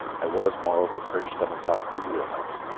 i was, moreover, perched on the top of the wheel house,